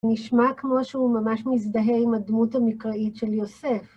נשמע כמו שהוא ממש מזדהה עם הדמות המקראית של יוסף.